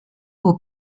aux